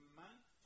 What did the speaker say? month